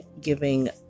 giving